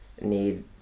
need